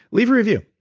leave a review.